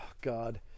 God